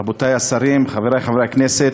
רבותי השרים, חברי חברי הכנסת,